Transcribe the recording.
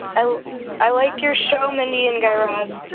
so i like your show, mindy and guy raz.